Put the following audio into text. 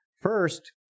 First